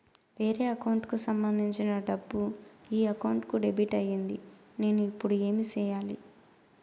వేరే అకౌంట్ కు సంబంధించిన డబ్బు ఈ అకౌంట్ కు డెబిట్ అయింది నేను ఇప్పుడు ఏమి సేయాలి